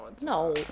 no